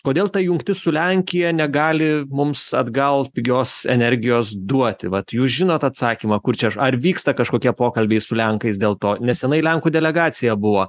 kodėl ta jungtis su lenkija negali mums atgal pigios energijos duoti vat jūs žinot atsakymą kur čia ar vyksta kažkokie pokalbiai su lenkais dėl to nesenai lenkų delegacija buvo